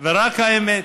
ורק האמת.